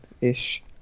ish